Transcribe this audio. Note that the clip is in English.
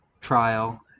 trial